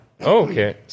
okay